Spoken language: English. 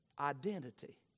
identity